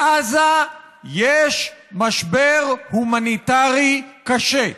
בעזה יש משבר הומניטרי קשה.